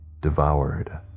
devoured